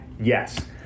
Yes